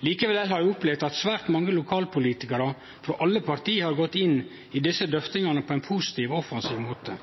Likevel har vi opplevt at svært mange lokalpolitikarar frå alle parti har gått inn i desse drøftingane på ein positiv og offensiv måte.